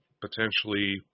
potentially